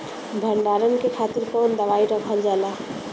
भंडारन के खातीर कौन दवाई रखल जाला?